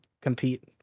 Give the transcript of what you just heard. compete